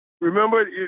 remember